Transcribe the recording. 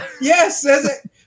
Yes